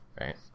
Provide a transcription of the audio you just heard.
right